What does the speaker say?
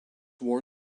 war